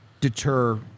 deter